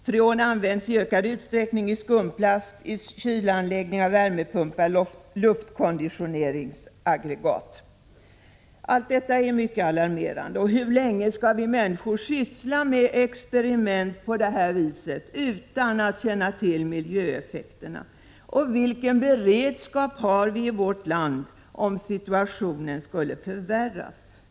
Freon används i ökad utsträckning i skumplast, kylanläggningar, värmepumpar och luftkonditioneringsaggregat. Allt detta är mycket alarmerande. Hur länge skall vi människor syssla med experiment på det här viset utan att känna till miljöeffekterna? Vilken beredskap har vi i vårt land om situationen skulle förvärras?